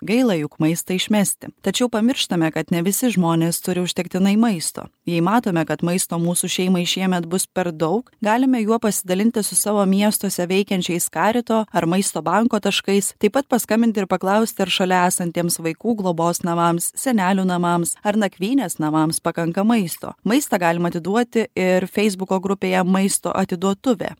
gaila juk maistą išmesti tačiau pamirštame kad ne visi žmonės turi užtektinai maisto jei matome kad maisto mūsų šeimai šiemet bus per daug galime juo pasidalinti su savo miestuose veikiančiais karito ar maisto banko taškais taip pat paskambinti ir paklausti ar šalia esantiems vaikų globos namams senelių namams ar nakvynės namams pakanka maisto maistą galima atiduoti ir feisbuko grupėje maisto atiduotuvė